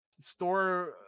store